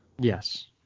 Yes